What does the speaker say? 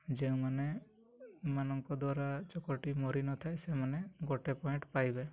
ଯେଉଁମାନେଙ୍କ ଦ୍ୱାରା ଚକଟି ମରିନଥାଏ ସେମାନେ ଗୋଟେ ପଏଣ୍ଟ ପାଇବେ